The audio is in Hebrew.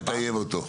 לטייב אותו.